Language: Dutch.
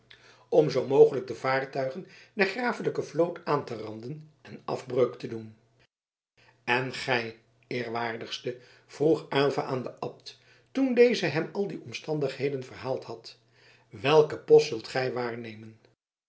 om zoo mogelijk de vaartuigen der grafelijke vloot aan te randen en afbreuk te doen en gij eerwaardigste vroeg aylva aan den abt toen deze hem al die omstandigheden verhaald had welken post zult gij waarnemen